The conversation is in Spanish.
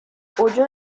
hoyo